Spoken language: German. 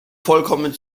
vollkommen